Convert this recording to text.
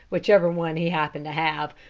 whichever one he happened to have,